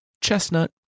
chestnut